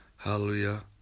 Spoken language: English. Hallelujah